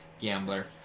gambler